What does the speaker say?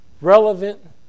relevant